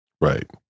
Right